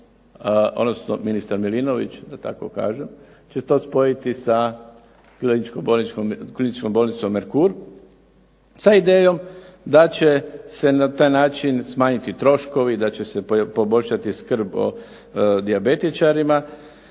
odnosno ministar Milinović, da tako kažem, će to spojiti sa kliničkom bolnicom "Merkur" sa idejom da će se na taj način smanjiti troškovi, da će se poboljšati skrb o dijabetičarima